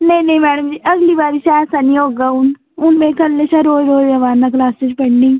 नेईं नेईं मैडम जी अगली बारी शा ऐसा निं होगा हून हून में कल्लै शा रोज रोज आवै'रना क्लासै च पढ़ने ई